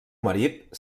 marit